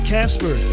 Casper